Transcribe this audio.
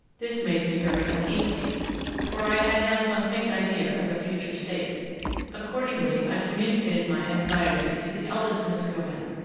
this made me very uneasy for i had now some faint idea of a future state accordingly i communicated my anxiety to the eldest miss guerin,